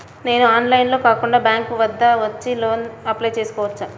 నేను ఆన్లైన్లో కాకుండా బ్యాంక్ వద్దకు వచ్చి లోన్ కు అప్లై చేసుకోవచ్చా?